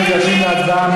אנחנו ניגשים להצבעה.